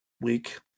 week